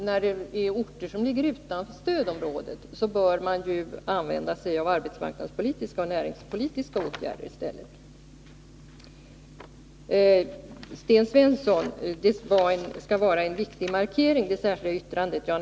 När det gäller orter som ligger utanför stödområdet bör man ju i stället använda sig av arbetsmarknadspolitiska och näringspolitiska åtgärder. Sten Svensson sade att det särskilda yttrandet skall utgöra en markering.